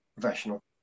professional